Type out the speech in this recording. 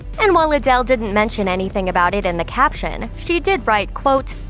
and while adele didn't mention anything about it in the caption, she did write, quote,